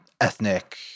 ethnic